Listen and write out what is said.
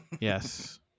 Yes